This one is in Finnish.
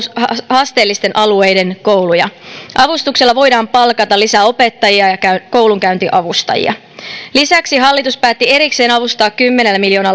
haasteellisten alueiden kouluja avustuksella voidaan palkata lisää opettajia ja koulunkäyntiavustajia lisäksi hallitus päätti erikseen avustaa kymmenellä